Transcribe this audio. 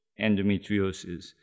endometriosis